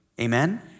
amen